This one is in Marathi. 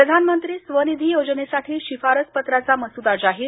प्रधानमंत्री स्वनिधी योजनेसाठी शिफारस पत्राचा मसुदा जाहीर